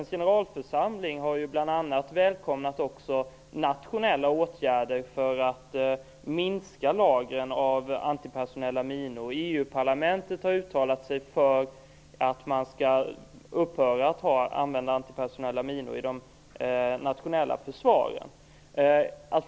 FN:s generalförsamling har bl.a. välkomnat även nationella åtgärder för att minska lagren av antipersonella minor. EU-parlamentet har uttalat sig för att man skall upphöra att använda antipersonella minor i de nationella försvaren.